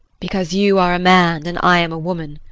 because you are a man and i am a woman?